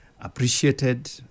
appreciated